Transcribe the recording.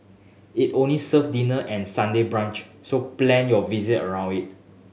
it only serve dinner and Sunday brunch so plan your visit around it